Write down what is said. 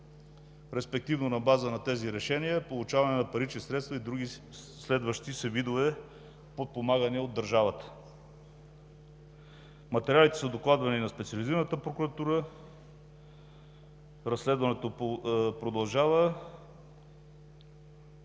респективно на база на тези решения – получаване на парични средства и други следващи се видове подпомагане от държавата. Материалите са докладвани на Специализираната прокуратура, разследването продължава.